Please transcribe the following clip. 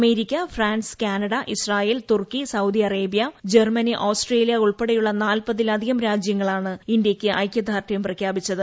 America France Canada Israel Turkey Saudi Arabia Germany Australia ഉൾപ്പെടെയുള്ള നാൽപ്പതിലധികം രാജ്യങ്ങളാണ് ഇന്തൃയ്ക്ക് ഐക്യദാർഢ്യം പ്രഖ്യാപിച്ചത്